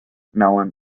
melon